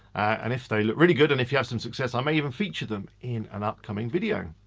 and if they look really good and if you have some success, i may even feature them in an upcoming video.